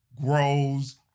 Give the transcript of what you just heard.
grows